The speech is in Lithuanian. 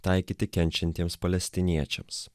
taikyti kenčiantiems palestiniečiams